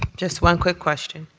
just one quick question.